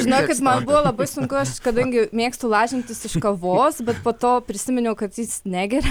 žinokit kad man buvo labai sunku kadangi mėgstu lažintis iš kavos bet po to prisiminiau kad jis negeria